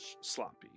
sloppy